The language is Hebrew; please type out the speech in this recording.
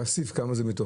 כסיף כמה זה מתוך היעדים?